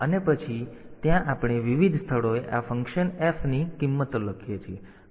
અને પછી ત્યાં આપણે વિવિધ સ્થળોએ આ ફંકશન f ની કિંમતો લખીએ છીએ